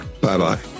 Bye-bye